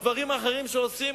בדברים האחרים שעושים,